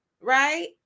right